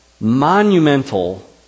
monumental